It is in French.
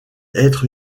être